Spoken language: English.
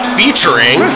featuring